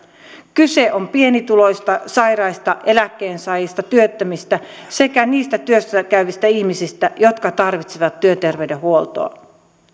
kyse on pienituloisista sairaista eläkkeensaajista työttömistä sekä niistä työssä käyvistä ihmisistä jotka tarvitsevat työterveydenhuoltoa